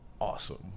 awesome